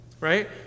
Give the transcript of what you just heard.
Right